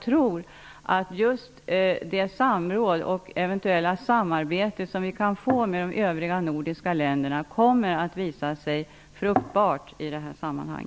Det samråd och det eventuella samarbete som vi kan komma att få med de övriga nordiska länderna kommer att visa sig fruktbart i detta sammanhang.